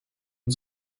and